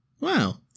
Wow